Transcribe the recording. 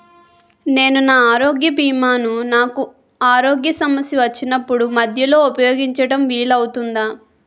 నేను నా ఆరోగ్య భీమా ను నాకు ఆరోగ్య సమస్య వచ్చినప్పుడు మధ్యలో ఉపయోగించడం వీలు అవుతుందా?